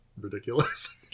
ridiculous